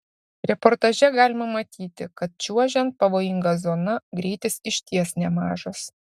reportaže galima matyti kad čiuožiant pavojinga zona greitis iš ties nemažas